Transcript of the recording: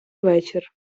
вечір